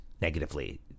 negatively